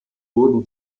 wurden